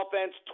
offense